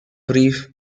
brief